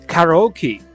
Karaoke